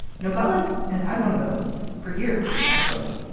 nogales has had one of those for years, actually.